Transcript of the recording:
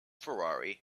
ferrari